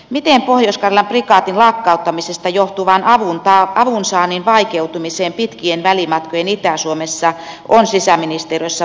miten pohjois karjalan prikaatin lakkauttamisesta johtuvaan avunsaannin vaikeutumiseen pitkien välimatkojen itä suomessa on sisäministeriössä valmistauduttu